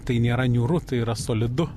tai nėra niūru tai yra solidu